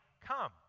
come